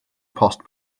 post